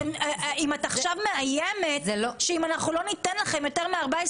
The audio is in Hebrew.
אם את עכשיו מאיימת שאם לא ניתן לכם יותר מ-14